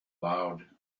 loud